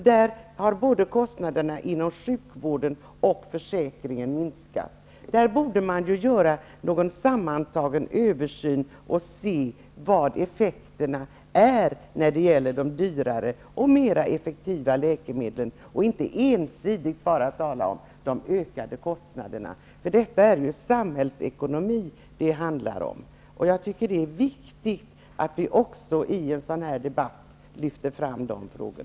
Där har kostnaderna både inom sjukvården och försäkringen minskat. Här borde man göra en sammantagen översyn för att se vilka effekterna är när det gäller de dyrare och mer effektiva läkemedlen och inte bara ensidigt tala om de ökade kostnaderna. Det handlar om samhällsekonomi. Det är viktigt att vi också i sådan här debatt lyfter fram dessa frågor.